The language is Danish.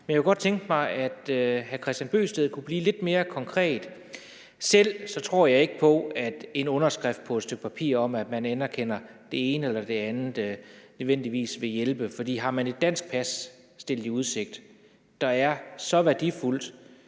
Men jeg kunne godt tænke mig, at hr. Kristian Bøgsted kunne blive lidt mere konkret. Selv tror jeg ikke på, at en underskrift på et stykke papir om, at man anerkender det ene eller det andet, nødvendigvis vil hjælpe. For har man et dansk pas stillet i udsigt, der er så værdifuldt